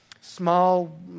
small